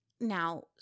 Now